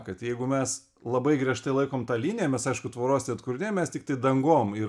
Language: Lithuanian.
kad jeigu mes labai griežtai laikom tą liniją mes aišku tvoros tai atkurt ne mes tiktai dangom ir